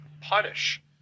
punish